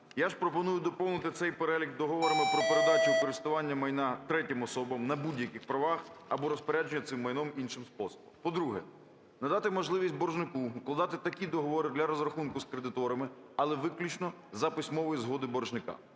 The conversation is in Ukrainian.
Я ж пропоную доповнити цей перелік договорами про передачу у користування майна третім особам на будь-яких правах або розпорядження цим майном іншим способом. По-друге, надати можливість боржнику укладати такі договори для розрахунку з кредиторами, але виключно за письмової згоди боржника.